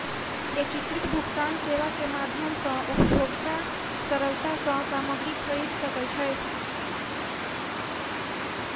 एकीकृत भुगतान सेवा के माध्यम सॅ उपभोगता सरलता सॅ सामग्री खरीद सकै छै